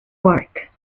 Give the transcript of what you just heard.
work